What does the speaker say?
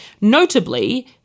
Notably